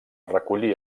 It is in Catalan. recollir